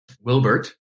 Wilbert